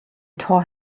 tore